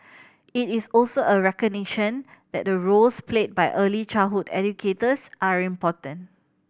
it is also a recognition that the roles played by early childhood educators are important